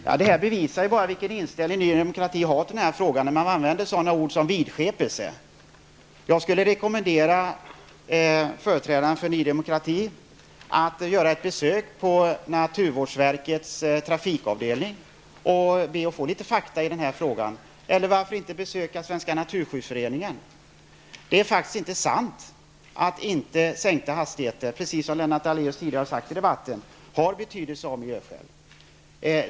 Fru talman! Det här bevisar vilken inställning Ny Demokrati har till denna fråga, dvs. när man använder sådana ord som vidskepelse. Jag rekommenderar företrädaren för Ny Demokrati att göra ett besök på naturvårdsverkets trafikavdelning och be att få litet fakta i frågan. Eller varför inte besöka Svenska naturskyddsföreningen? Det är faktiskt inte sant att sänkta hastigheter, precis som Lennart Daléus tidigare har sagt i debatten, inte har betydelse ur miljösynpunkt.